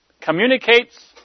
communicates